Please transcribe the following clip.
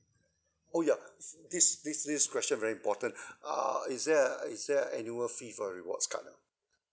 oh ya this this this question very important uh is there a is there a annual fee for rewards card ah